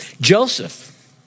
Joseph